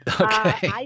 Okay